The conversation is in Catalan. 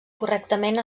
correctament